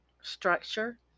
structure